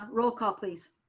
ah roll call, please.